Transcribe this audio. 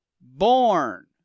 born